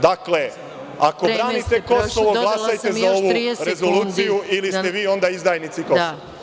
Dakle, ako branite Kosovo, glasajte za ovu rezoluciju ili ste vi onda izdajnici Kosova.